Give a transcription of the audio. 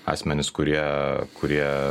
asmenys kurie kurie